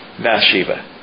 Bathsheba